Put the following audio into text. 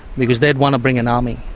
because they'd want to bring an army.